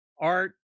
art